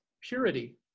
purity